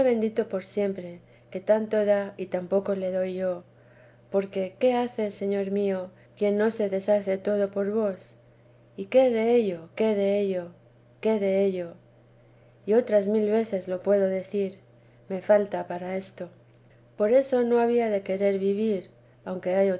bendito por siempre que tanto da y tan poco le doy yo porque qué hace señor mío quien vida de la santa madre se deshace todo por vos y qué delio qué dello qué dello y otras mil veces lo puedo decir me falta para esto por eso no había de querer vivir aunque